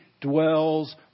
dwells